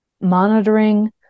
monitoring